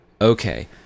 okay